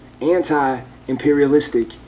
anti-imperialistic